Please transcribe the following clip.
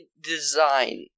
design